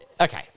Okay